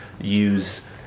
use